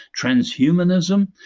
transhumanism